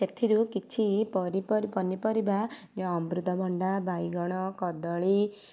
ସେଥିରୁ କିଛି ପନିପରିବା ଯେ ଅମୃତଭଣ୍ଡା ବାଇଗଣ କଦଳୀ